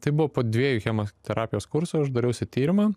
tai buvo po dviejų chemoterapijos kursų aš dariausi tyrimą